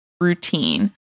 routine